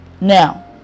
Now